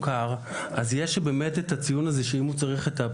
אז יש באמת את הציון הזה למה לעשות בעת